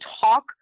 talk